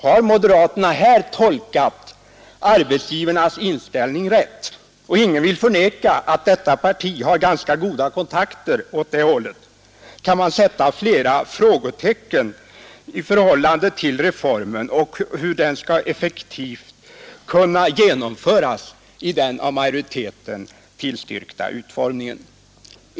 Har moderaterna här tolkat arbetsgivarnas inställning rätt — och ingen vill förneka att detta parti har ganska goda kontakter med arbetsgivarna — kan man sätta flera frågetecken beträffande hur reformen skall kunna effektivt genomföras i den av majoriteten tillstyrkta utformningen.